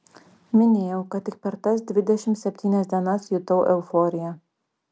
minėjau kad tik per tas dvidešimt septynias dienas jutau euforiją